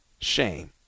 Shame